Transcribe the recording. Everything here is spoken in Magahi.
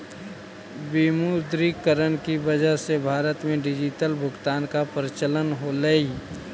विमुद्रीकरण की वजह से भारत में डिजिटल भुगतान का प्रचलन होलई